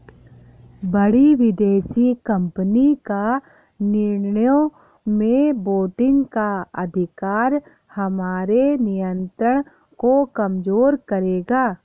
बड़ी विदेशी कंपनी का निर्णयों में वोटिंग का अधिकार हमारे नियंत्रण को कमजोर करेगा